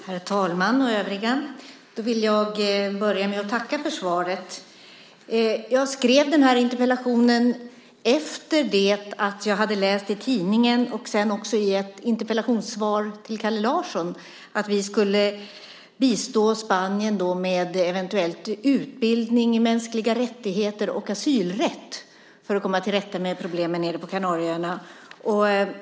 Herr talman! Jag vill börja med att tacka för svaret. Jag skrev den här interpellationen efter det att jag hade läst i tidningen, och sedan också i ett interpellationssvar till Kalle Larsson, att vi skulle bistå Spanien med eventuell utbildning i mänskliga rättigheter och asylrätt för att komma till rätta med problemen nere på Kanarieöarna.